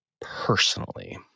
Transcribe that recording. personally